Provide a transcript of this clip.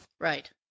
Right